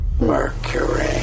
Mercury